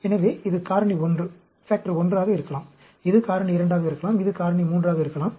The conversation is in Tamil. எனவே இது காரணி 1 ஆக இருக்கலாம் இது காரணி 2 ஆக இருக்கலாம் இது காரணி 3 ஆக இருக்கலாம்